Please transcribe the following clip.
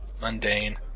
mundane